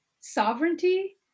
sovereignty